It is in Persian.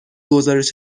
گزارش